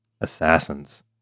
Assassins